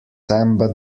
samba